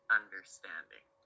understanding